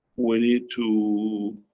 we need to,